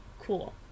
Cool